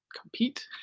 compete